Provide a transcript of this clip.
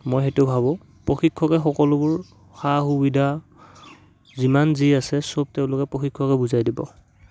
মই সেইটো ভাবোঁ প্ৰশিক্ষকে সকলোবোৰ সা সুবিধা যিমান যি আছে সব তেওঁলোকে প্ৰশিক্ষকে বুজাই দিব